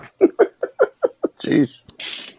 Jeez